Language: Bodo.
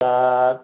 दा